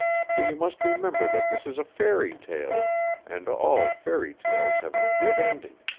for you must remember that this is a fairy-tale and all fairy-tales have a good ending.